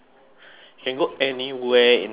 can go anywhere in the world